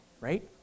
right